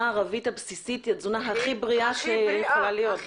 הערבית הבסיסית היא התזונה הכי בריאה שיכולה להיות.